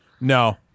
No